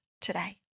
today